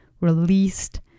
released